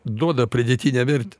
duoda pridėtinę vertę